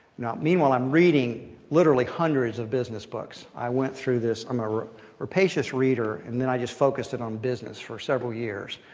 meanwhile, i'm reading literally hundreds of business books. i went through this, i'm a rapacious reader. and then i just focused it on business for several years.